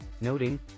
noting